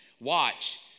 Watch